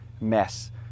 mess